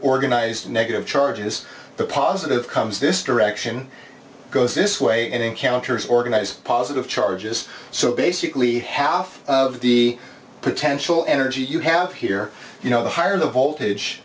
organized negative charges the positive comes this direction goes this way and encounters organize positive charges so basically half of the potential energy you have here you know the higher the voltage